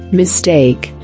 mistake